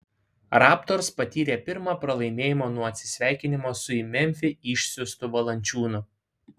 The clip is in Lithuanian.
raptors patyrė pirmą pralaimėjimą nuo atsisveikinimo su į memfį išsiųstu valančiūnu